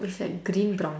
it's like green brown